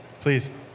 Please